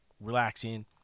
relaxing